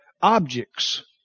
objects